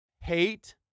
hate